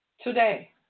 Today